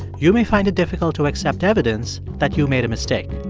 you may find it difficult to accept evidence that you made a mistake